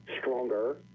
stronger